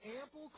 ample